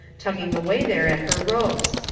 tugging away there at her ropes.